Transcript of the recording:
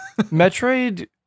Metroid